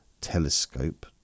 telescope